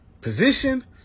position